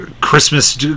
Christmas